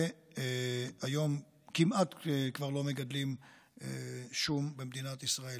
והיום כמעט כבר לא מגדלים שום במדינת ישראל.